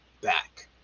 back